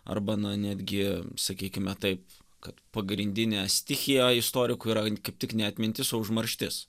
arba na netgi sakykime taip kad pagrindinė stichija istorikų yra kaip tik ne atmintis o užmarštis